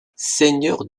seigneur